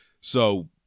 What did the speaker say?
so-